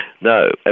No